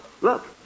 Look